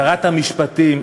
שרת המשפטים,